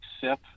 sip